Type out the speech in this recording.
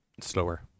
slower